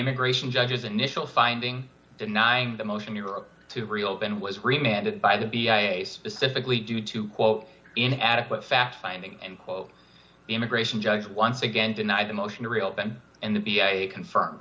immigration judges an initial finding denying the motion europe to reopen was reminded by the specifically due to quote inadequate fact finding and quote the immigration judge once again denied the motion to reopen and the